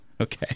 Okay